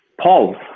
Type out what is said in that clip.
Paul